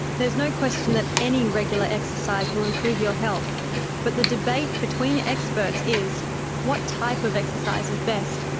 there's no question that any regular exercise will improve your health but the debate between experts is what type of exercise is best?